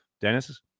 Dennis